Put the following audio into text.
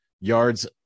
yards